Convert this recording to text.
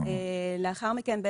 לאחר מכן,